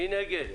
מי נגד?